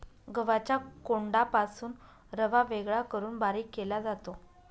गव्हाच्या कोंडापासून रवा वेगळा करून बारीक केला जातो